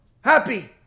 happy